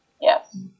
Yes